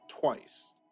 twice